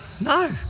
no